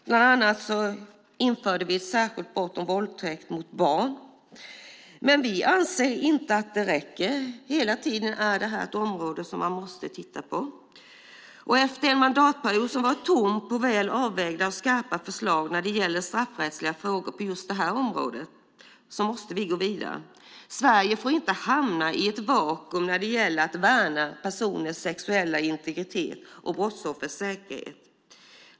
Bland annat införde vi ett särskilt brott om våldtäkt mot barn. Vi anser dock att det inte räcker. Det är ett område som man hela tiden måste titta på. Efter en mandatperiod som varit tom på väl avvägda och skarpa förslag när det gäller straffrättsliga frågor på detta område måste vi gå vidare. Sverige får inte hamna i ett vakuum när det gäller att värna personers sexuella integritet och brottsoffers säkerhet.